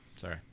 Sorry